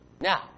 Now